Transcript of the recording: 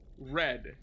Red